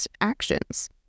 actions